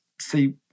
see